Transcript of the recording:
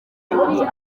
indeshyo